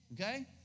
okay